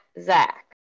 Zach